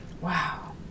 Wow